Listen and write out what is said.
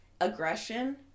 aggression